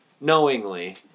knowingly